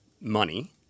money